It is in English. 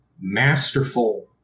masterful